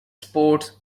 sports